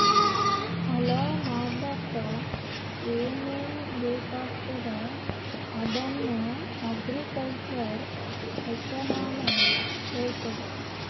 ಹೊಲಾ ಮಾಡ್ಲಾಕ್ ಏನೇನ್ ಬೇಕಾಗ್ತದ ಅದನ್ನ ಅಗ್ರಿಕಲ್ಚರಲ್ ಎಕನಾಮಿಕ್ಸ್ ಹೆಳ್ತುದ್